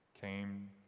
came